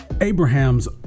Abraham's